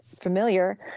familiar